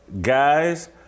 guys